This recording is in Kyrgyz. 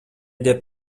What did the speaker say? деп